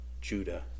Judah